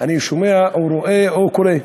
אני שומע, או רואה, או קורא.